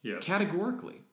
categorically